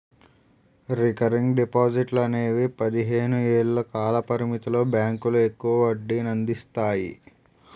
recurring డిపాజిట్లు అనేవి పదిహేను ఏళ్ల కాల పరిమితితో బ్యాంకులు ఎక్కువ వడ్డీనందిస్తాయి